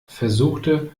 versuchte